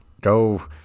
Go